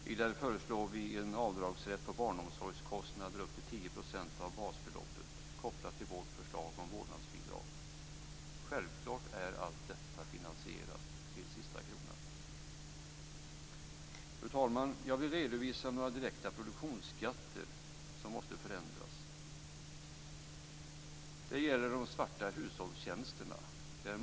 Vidare föreslår vi en avdragsrätt på barnomsorgskostnader upp till 10 % av basbeloppet, kopplat till vårt förslag om vårdnadsbidrag. Självfallet är allt detta finansierat till sista kronan. Fru talman! Jag vill redovisa några direkta produktionsskatter som måste förändras. Det gäller de svarta hushållstjänsterna.